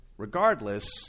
Regardless